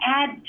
add